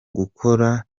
gukora